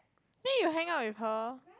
then you hang out with her